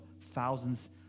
thousands